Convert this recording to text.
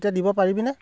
এতিয়া দিব পাৰিবিনে হা